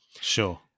Sure